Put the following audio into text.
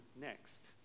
next